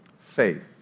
faith